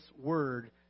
word